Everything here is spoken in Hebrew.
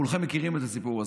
כולכם מכירים את הסיפור הזה,